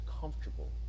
comfortable